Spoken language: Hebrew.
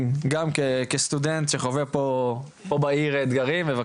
גם אתה כסטודנט שחווה פה בעיר ירושלים אתגרים לא